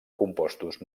compostos